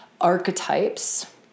archetypes